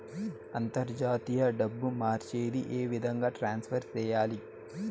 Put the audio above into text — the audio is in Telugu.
అంతర్జాతీయ డబ్బు మార్చేది? ఏ విధంగా ట్రాన్స్ఫర్ సేయాలి?